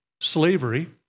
slavery